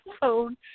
phone